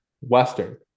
Western